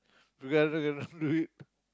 because I know I cannot do it